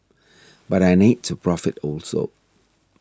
but I need to profit also